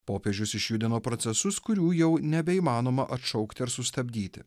popiežius išjudino procesus kurių jau nebeįmanoma atšaukti ar sustabdyti